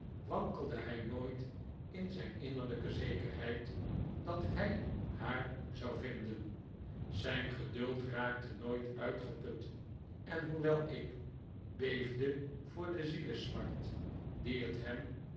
wankelde hij nooit in zijn innerlijke zekerheid dat hij haar zou vinden zijn geduld raakte nooit uitgeput en hoewel ik beefde voor de zielesmart die het hem